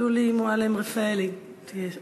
ושולי מועלם-רפאלי תהיה הבאה.